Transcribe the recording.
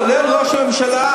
כולל ראש הממשלה,